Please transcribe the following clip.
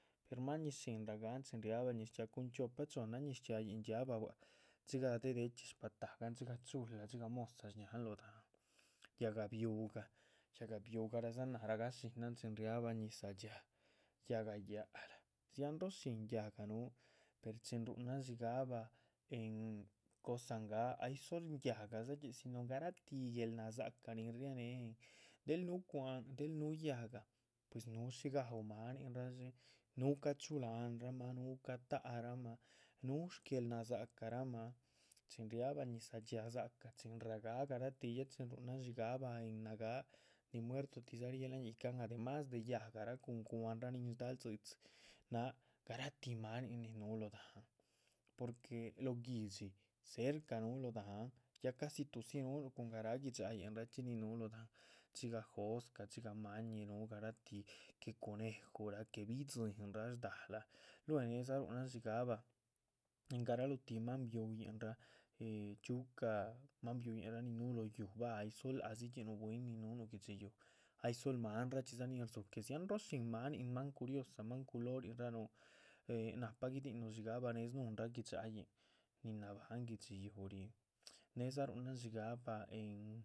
Per ma´ñih shín ragáahan chin ria´bah ñiz chxiaa, cuhun chiopa, chohnna, ñiz chxiaayihn riahbah dxigah de´dechxi shbatahgan dxigah chula dxigah mo´sa, shñáhan lóho. dahán yáhga biugáh, yáhga biugáh dzá náha ragáa shínahan chin riábah ñizah dhxíaa, yáhga yáac´lah, dziahanro shín yáhga núhu ér chin ruhunan dxíigahba en cosa. ngáaha ay dzol yáhga dzidxi si no garatih gu+eel nadzacha nin riega néhen, del núhu cwa´han núhu yáhga puis núhu shí gaú máaninraa dxé núhu ca´chu lahanramah,. núhu ca´ta rahmah núhuh shguel nadza´carahmah, chin riahba ñizah dhxíaa dza´cah, chin ragáaha garatih ya chin ruhunan dxíigahba en nagáaha nin muerdotih rié lahán. yíhcan ademas de yáhga cun cwa´hanrahn nin shdal dzi´dzi náha garatih máanin nin núhu loh dahán porque lóh guihdxi cerca núhu lóh dahán ya casi tu´dzi núhu. cun garáh gui´dxayihnraa chxí nin núhu lóh dahán dxigah jóscah dxigah ma´ñih núhu garatih de que cunejurah, que bidziínraa, shda´lah, lue´ ne´dza ruhunan dxíigahba. en garalohti máan bihuyinrah ehh chxíucah máan bihuyinrah chxíucah, máan bihuyinrah, nin núh lóh yuuh bah, ay dzol ládxinuh bwín nin núhunu guihdxi yuuh ay dzol mahanradxi. nun rdzú, que dzianroh shín máanin curiosa máan culorinraa núhu eh nahpa guidihinuh dxíigahba née snuhunrah gui´dxayihn nin náhabahan guihdxi yuuh ríh, nédza ruhunan. dxíigahba en.